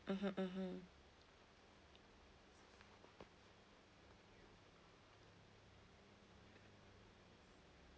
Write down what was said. mmhmm mmhmm